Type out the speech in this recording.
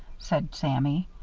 said sammy.